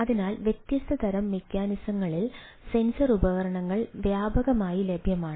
അതിനാൽ വ്യത്യസ്ത തരം മെക്കാനിസങ്ങളിൽ സെൻസർ ഉപകരണങ്ങൾ വ്യാപകമായി ലഭ്യമാണ്